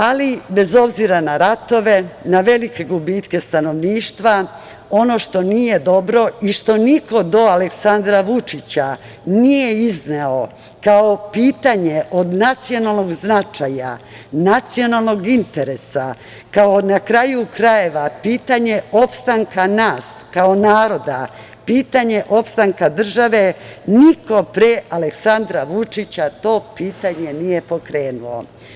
Ali, bez obzira na ratove, na velike gubitke stanovništva, ono što nije dobro i što niko do Aleksandra Vučića nije izneo kao pitanje od nacionalnog značaja, nacionalnog interesa, kao pitanje opstanka nas kao naroda, pitanje opstanka države, niko pre Aleksandra Vučića to pitanje nije pokrenuo.